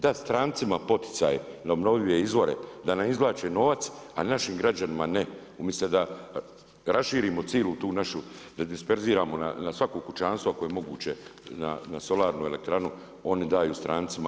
Dat strancima poticaj na obnovljive izvore da izvlače novac a našim građanima ne, umjesto da raširimo cijelu tu našu, disperziramo na svako kućanstvo ako je moguće na solarnu elektranu, oni daju strancima.